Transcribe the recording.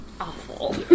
awful